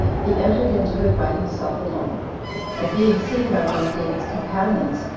he entered into it by himself alone and being seen by one of david's companions,